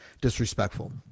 disrespectful